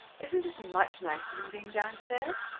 isn't this much nicer than being downstairs?